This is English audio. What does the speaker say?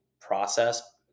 process